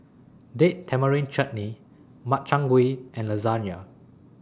Date Tamarind Chutney Makchang Gui and Lasagne